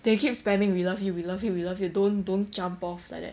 they keep spamming we love you we love you we love you don't don't jump off like that